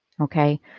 okay